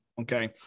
okay